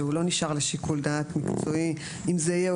שלא נשארים לשיקול דעת מקצועי בדבר האם הם יהיו,